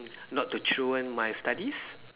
not to throw away my studies